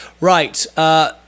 Right